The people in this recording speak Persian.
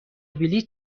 بلیط